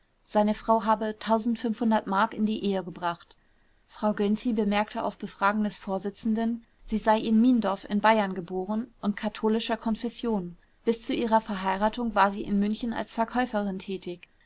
seine frau habe m in die ehe gebracht frau gönczi bemerkte auf befragen des vorsitzenden sie sei in mindorf in bayern geboren und katholischer konfession bis zu ihrer verheiratung war sie in münchen als verkäuferin tätig